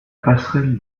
passerelle